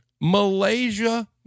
Malaysia